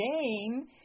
Game